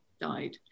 died